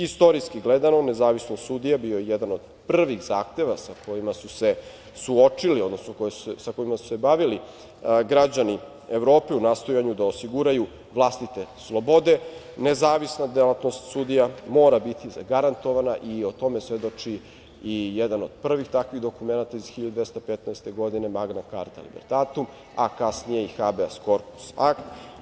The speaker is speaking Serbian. Istorijski gledano nezavisnost sudija bio je jedan od prvih zahteva sa kojima su se suočili, odnosno sa kojima su se bavili građani Evrope u nastojanju da osiguraju vlastite slobode, nezavisna delatnost sudija mora biti zagarantovana i o tome svedoči jedan od prvih takvih dokumenata iz 1215. godine „Magna carta libertatum“, a kasnije i „Habeas corpus Act“